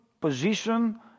position